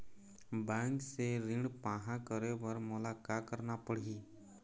Bank से ऋण पाहां करे बर मोला का करना पड़ही?